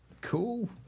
Cool